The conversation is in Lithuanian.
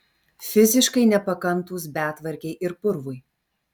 fiziškai nepakantūs betvarkei ir purvui